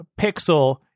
pixel